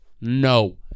no